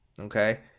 Okay